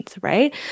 right